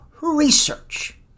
research